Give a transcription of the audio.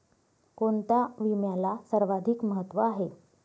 कोणता विम्याला सर्वाधिक महत्व आहे?